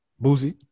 Boozy